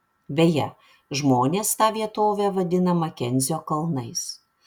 beje žmonės tą vietovę vadina makenzio kalnais